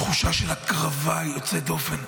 תחושה של הקרבה יוצאת דופן.